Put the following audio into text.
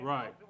Right